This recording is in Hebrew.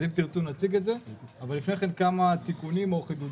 אז אם תרצו נציג את זה אבל לפני כן כמה תיקונים או חידודים.